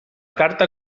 carta